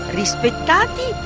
rispettati